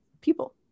people